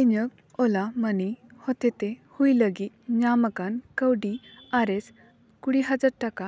ᱤᱧᱟᱹᱜ ᱳᱞᱟ ᱢᱟᱹᱱᱤ ᱦᱚᱛᱮᱛ ᱦᱟᱹᱞᱤᱜᱮ ᱧᱟᱢ ᱟᱠᱟᱱ ᱠᱟᱹᱣᱰᱤ ᱟᱨᱮᱥ ᱠᱩᱲᱤ ᱦᱟᱡᱟᱨ ᱴᱟᱠᱟ